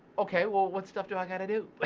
okay well what stuff do i have to do? but